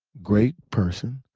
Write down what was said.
great person,